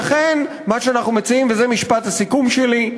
ולכן, מה שאנחנו מציעים, וזה משפט הסיכום שלי,